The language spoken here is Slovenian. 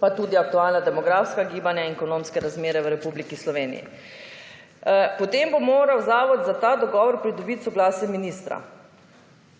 pa tudi aktualna demografska gibanja in ekonomske razmere v Republiki Sloveniji. Potem bo moral zavod za ta dogovor pridobiti soglasje ministra.